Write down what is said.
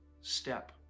step